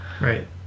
Right